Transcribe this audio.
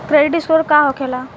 Credit score का होखेला?